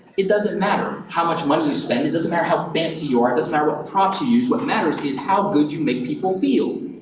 it doesn't matter how much money you spend, it doesn't matter how fancy you are. it doesn't matter what props you use. what matters is how good you make people feel.